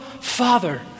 Father